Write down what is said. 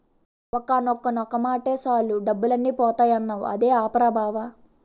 ఒక్క నొక్కు నొక్కేమటే సాలు డబ్బులన్నీ పోతాయన్నావ్ అదే ఆప్ రా బావా?